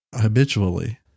habitually